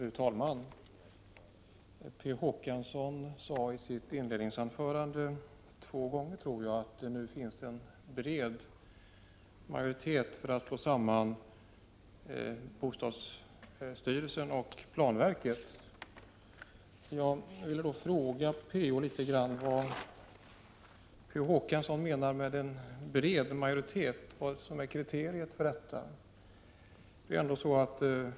Fru talman! Per Olof Håkansson sade i sitt inledningsanförande — två gånger, tror jag — att det nu finns en bred majoritet för att slå samman bostadsstyrelsen och planverket. Jag vill då fråga honom vad som är kriteriet för en bred majoritet.